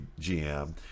GM